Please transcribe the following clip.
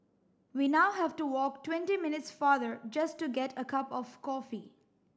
we now have to walk twenty minutes farther just to get a cup of coffee